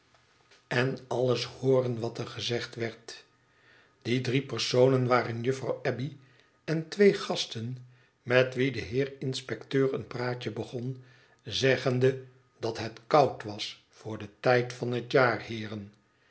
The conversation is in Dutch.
en alles hooren wat er gezegd werd die drie personen waren juffrouw abbey en twee gasten met wie de heer inspecteur een praatje begon zeggende dat t het koud was voor den tijd van het jaar heeren